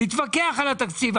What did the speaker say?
להתווכח על התקציב.